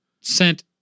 sent